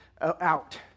out